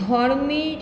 ধর্মের